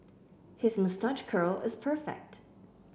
his moustache curl is perfect